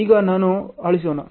ಈಗ ನಾನು ಅಳಿಸೋಣ